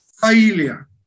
Failure